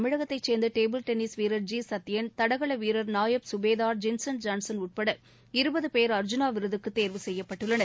தமிழகத்தைச் சேர்ந்த table tennis வீரர் ஜி சத்யன் தடகள வீரர் நாயப் சுபேதார் ஜின்சன் ஜான்சன் உட்பட இருபது பேர் அர்ஜூனா விருதுக்கு தேர்வு செய்யப்பட்டுள்ளனர்